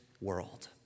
world